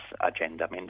agenda